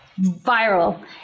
viral